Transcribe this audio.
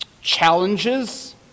challenges